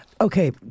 Okay